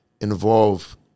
involve